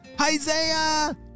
Isaiah